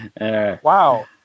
wow